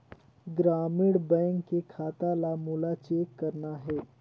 ग्रामीण बैंक के खाता ला मोला चेक करना हे?